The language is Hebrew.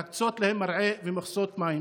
להקצות להם מרעה ומכסות מים?